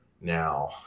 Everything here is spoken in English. Now